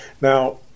Now